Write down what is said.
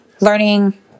learning